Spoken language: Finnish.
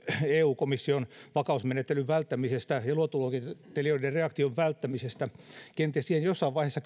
eu komission vakausmenettelyn välttämisestä ja ja luottoluokittelijoiden reaktion välttämisestä kenties siihen jossain vaiheessa